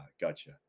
gotcha